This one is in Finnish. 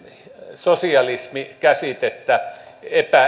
sosialismi käsitettä